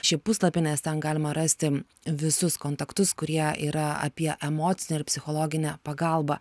šį puslapį nes ten galima rasti visus kontaktus kurie yra apie emocinę ir psichologinę pagalbą